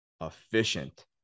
efficient